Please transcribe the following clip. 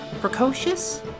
Precocious